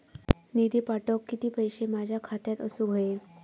निधी पाठवुक किती पैशे माझ्या खात्यात असुक व्हाये?